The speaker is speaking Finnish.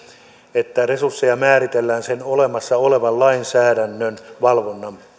että resursseja määritellään sen olemassa olevan lainsäädännön valvonnan